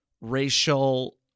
racial